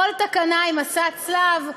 כל תקנה היא מסע צלב,